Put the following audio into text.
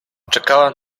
czekałam